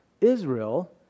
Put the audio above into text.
Israel